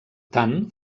tant